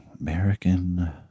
American